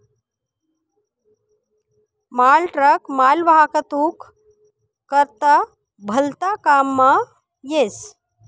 मालट्रक मालवाहतूक करता भलता काममा येस